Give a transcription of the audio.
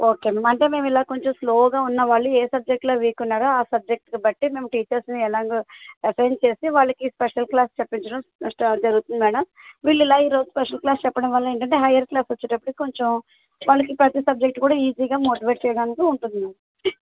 okay ma'am అంటే మేము ఇలా కొంచెం స్లోగా ఉన్న వాళ్ళు ఏ సబ్జెక్టులో వీక్ ఉన్నారో ఆ సబ్జెక్ట్ బట్టి మేము టీచర్స్ని అలాంగ్ అసైన్ చేసి వాళ్ళకి స్పెషల్ క్లాస్ చెప్పించడం స్టార్ట్ జరుగుతుంది మేడం వీళ్ళు ఇలా ఈ రోజు స్పెషల్ క్లాస్ చెప్పడం వల్ల ఏంటంటే హైయర్ క్లాస్కి వచ్చేటప్పటికి కొంచెం వాళ్ళకి ప్రతి సబ్జెక్టు కూడా ఈజీగా మోటివేట్ చేయడానికి ఉంటుంది మ్యామ్